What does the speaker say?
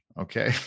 okay